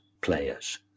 players